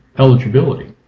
eligibility?